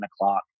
o'clock